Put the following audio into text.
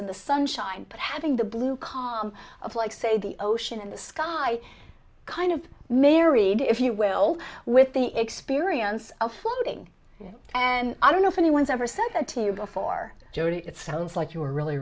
in the sunshine but having the blue calm of like say the ocean in the sky kind of married if you will with the experience of floating and i don't know if anyone's ever said that to you before jodi it sounds like you were really